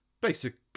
Basic